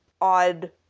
odd